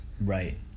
Right